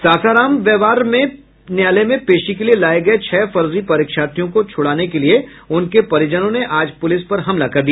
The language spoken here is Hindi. सासाराम व्यवहार में पेशी के लिये लाये गये छह फर्जी परीक्षार्थियों को छुड़ाने के लिये उनके परिजनों ने आज पुलिस पर हमला कर दिया